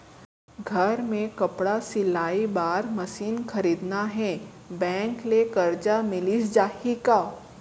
घर मे कपड़ा सिलाई बार मशीन खरीदना हे बैंक ले करजा मिलिस जाही का?